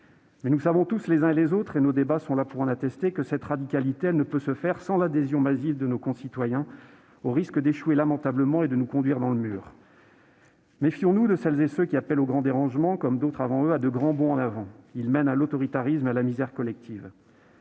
Mais nous savons tous, et nos débats sont là pour en attester, que cette radicalité ne peut être obtenue sans l'adhésion massive de nos concitoyens, au risque d'échouer lamentablement et de se retrouver dans le mur. Méfions-nous de celles et ceux qui appellent au grand dérangement, comme d'autres avant eux à de grands bonds en avant ; ils mènent à l'autoritarisme et à la misère collective.